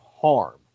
harm